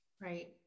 right